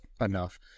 enough